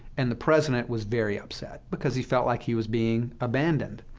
and the president was very upset, because he felt like he was being abandoned.